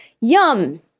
Yum